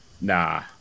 Nah